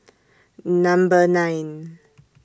Number nine